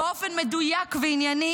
באופן מדויק וענייני